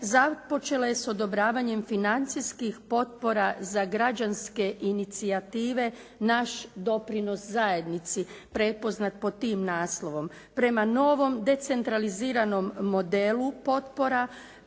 započele s odobravanjem financijskih potpora za građanske inicijative naš doprinos zajednici prepoznat pod tim naslovom. Prema novom decentraliziranom modelu potpora,